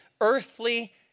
earthly